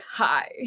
hi